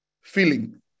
feeling